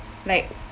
like